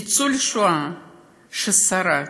ניצול שואה ששרד,